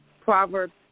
Proverbs